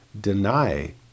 deny